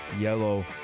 yellow